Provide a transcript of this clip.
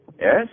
Yes